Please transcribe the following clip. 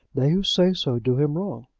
they who say so, do him wrong.